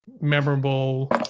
memorable